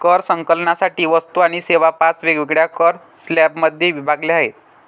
कर संकलनासाठी वस्तू आणि सेवा पाच वेगवेगळ्या कर स्लॅबमध्ये विभागल्या आहेत